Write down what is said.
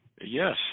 Yes